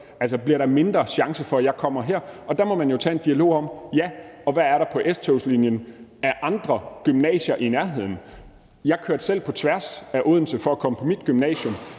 Altså, bliver der en mindre chance for, at jeg kommer til at gå her? Og der må man jo tage en dialog om, hvad der er på S-togslinjen af andre gymnasier i nærheden. Jeg kørte selv på tværs af Odense for at komme på mit gymnasium;